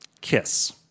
Kiss